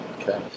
okay